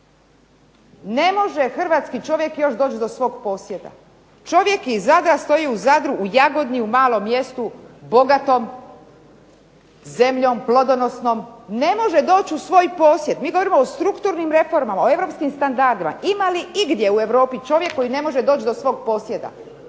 ne može Hrvatski čovjek još doći do svog posjeda. Čovjek iz Zadra stoji u Zadru u Jagodni u malom mjestu bogatom, zemljom plodonosnom, ne može doći u svoj posjed, mi govorimo o strukturnim reformama, o Europskim standardima, ima li igdje u Europi čovjek koji ne može doći do svog posjeda.